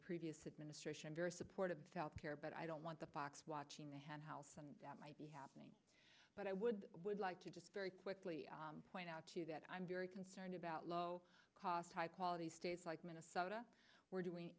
previous administration very supportive health care but i don't want the fox watching the hen house that might be happening but i would like to just very quickly point out to you that i'm very concerned about low cost high quality states like minnesota we're doing